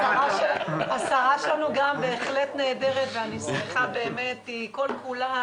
השרה שלנו בהחלט נהדרת ואני שמחה באמת, כל כולה,